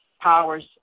powers